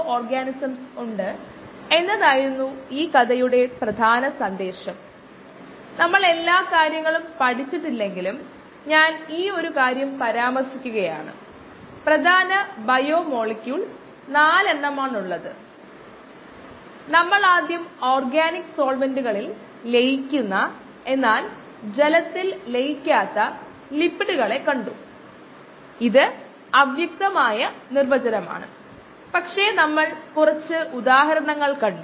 അവസാന പ്രഭാഷണം നമ്മൾ പൂർത്തിയാക്കിയപ്പോൾ എൻസൈം ഇൻഹിബിഷനിലെ ഒരു പ്രശ്നം നമ്മൾ പരിശോധിച്ചു